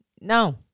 No